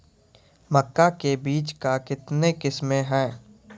मक्का के बीज का कितने किसमें हैं?